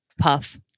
Puff